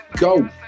go